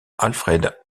alfred